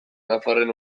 nafarren